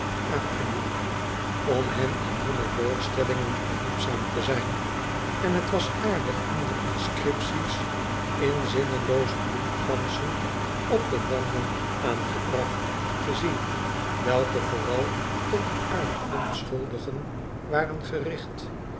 aangenomen om hen in hunne voorstellingen behulpzaam te zijn en t was aardig om de inscripties in zinnelooze bloemkransen op de wanden aangebracht te zien welke vooral tot die arme onschuldigen waren gericht